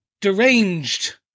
deranged